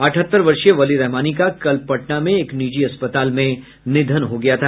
अठहत्तर वर्षीय वली रहमानी का कल पटना में एक निजी अस्पताल में निधन हो गया था